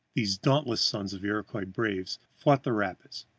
these dauntless sons of iroquois braves fought the rapids,